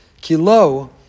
kilo